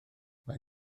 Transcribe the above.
mae